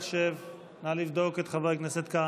נא לבדוק אצל חבר הכנסת כהנא.